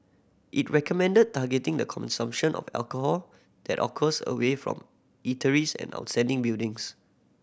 it recommended targeting the consumption of alcohol that occurs away from eateries and outside buildings